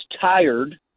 tired